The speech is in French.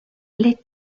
les